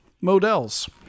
models